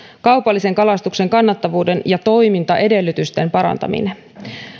kaupallisen kalastuksen kannattavuuden ja toimintaedellytysten parantaminen